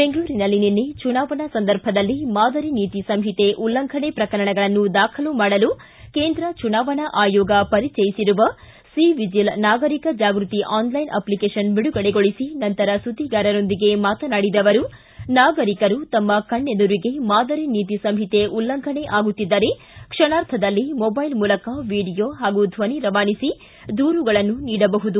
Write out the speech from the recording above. ಬೆಂಗಳೂರಿನಲ್ಲಿ ನಿನ್ನೆ ಚುನಾವಣಾ ಸಂದರ್ಭದಲ್ಲಿ ಮಾದರಿ ನೀತಿ ಸಂಹಿತೆ ಉಲ್ಲಂಘನೆ ಪ್ರಕರಣಗಳನ್ನು ದಾಖಲು ಮಾಡಲು ಕೇಂದ್ರ ಚುನಾವಣಾ ಆಯೋಗ ಪರಿಚಯಿಸಿರುವ ಸಿ ವಿಜಿಲ್ ನಾಗರಿಕ ಜಾಗೃತಿ ಆನ್ಲೈನ್ ಅಪ್ಲಿಕೇಶನ್ ಬಿಡುಗಡೆಗೊಳಿಸಿ ನಂತರ ಸುದ್ದಿಗಾರರೊಂದಿಗೆ ಮಾತನಾಡಿದ ಅವರು ನಾಗರಿಕರು ತಮ್ಮ ಕಣ್ಣೆದುರಿಗೆ ಮಾದರಿ ನೀತಿ ಸಂಹಿತೆ ಉಲ್ಲಂಘನೆ ಆಗುತ್ತಿದ್ದರೆ ಕ್ಷಣಾರ್ಧದಲ್ಲಿ ಮೊಬೈಲ್ ಮೂಲಕ ವಿಡಿಯೋ ಹಾಗೂ ಧ್ವನಿ ರವಾನಿಸಿ ದೂರುಗಳನ್ನು ನೀಡಬಹುದು